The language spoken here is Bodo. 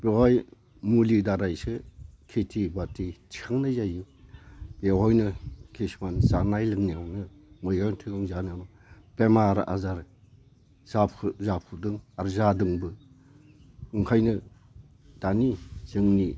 बहाय मुलि दारैसो खेथि बाथि थिखांनाय जायो बेवहायनो किसुमान जानाय लोंनायावनो बेमार आजार जाफुदों आरो जादोंबो ओंखायनो दानि जोंनि